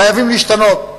חייבים להשתנות,